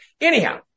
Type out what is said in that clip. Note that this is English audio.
Anyhow